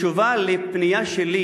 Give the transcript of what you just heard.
בתשובה על פנייה שלי